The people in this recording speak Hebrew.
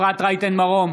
אפרת רייטן מרום,